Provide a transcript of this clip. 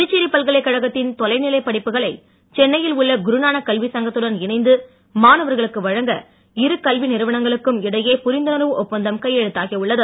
புதுச்சேரி பல்கலைக் கழகத்தின் தொலைநிலைப் படிப்புகளை சென்னையில் உள்ள குருநானக் கல்விச் சங்கத்துடன் இணைந்து மாணவர்களுக்கு வழங்க இரு கல்வி நிறுவனங்களுக்கும் இடையே புரிந்துணர்வு ஒப்பந்தம் செய்து கொள்ளப்பட்டது